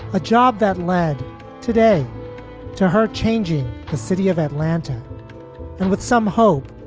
a job that led today to her changing the city of atlanta and with some hope,